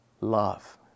love